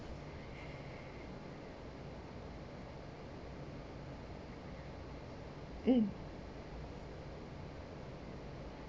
um